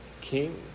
King